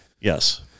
Yes